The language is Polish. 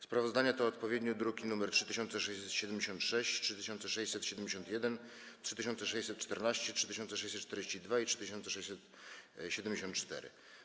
Sprawozdania to odpowiednio druki nr 3676, 3671, 3614, 3642 i 3674.